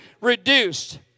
reduced